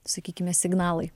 sakykime signalai